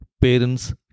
parents